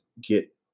get